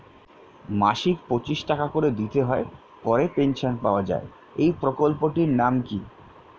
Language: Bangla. মাসিক পঁচিশ টাকা করে দিতে হয় পরে পেনশন পাওয়া যায় এই প্রকল্পে টির নাম কি?